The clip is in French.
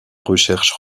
recherches